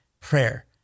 prayer